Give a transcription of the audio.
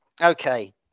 Okay